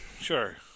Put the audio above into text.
Sure